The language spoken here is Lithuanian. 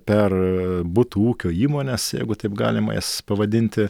per butų ūkio įmones jeigu taip galima jas pavadinti